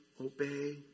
obey